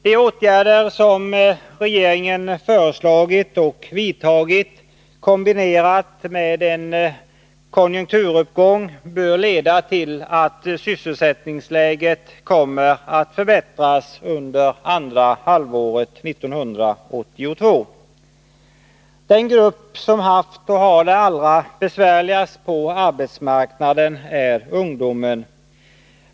De åtgärder som regeringen föreslagit och vidtagit kombinerade med en konjunkturuppgång bör leda till att sysselsättningsläget kommer att förbättras under andra halvåret 1982. Den grupp som haft och har det allra besvärligast på arbetsmarknaden är ungdomen.